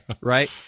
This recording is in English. Right